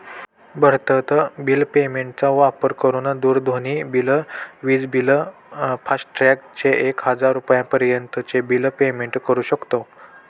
भारतत bill payment चा वापर करून दूरध्वनी बिल, विज बिल, फास्टॅग चे एक हजार रुपयापर्यंत चे बिल पेमेंट करू शकतो